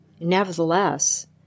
Nevertheless